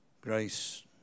Grace